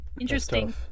interesting